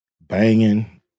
banging